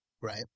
Right